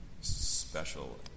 special